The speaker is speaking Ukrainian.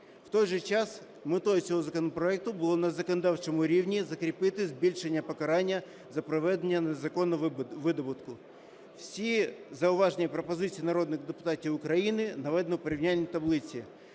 В той же час метою цього законопроекту було на законодавчому рівні закріпити збільшення покарання за проведення незаконного видобутку. Всі зауваження і пропозиції народних депутатів України наведено в порівняльній таблиці.